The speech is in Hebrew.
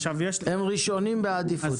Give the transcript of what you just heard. הם ראשונים בעדיפות.